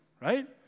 Right